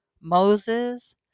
Moses